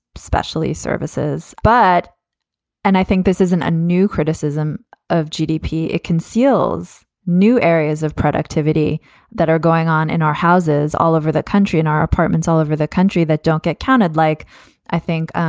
especially services. but and i think this isn't a new criticism of gdp. it conceals new areas of productivity that are going on in our houses all over the country and our apartments all over the country that don't get counted like i think.